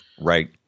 Right